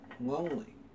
lonely